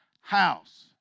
house